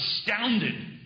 astounded